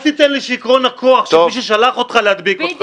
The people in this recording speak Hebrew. תרשה לי להציע לך עצה: אל תיתן לשיכרון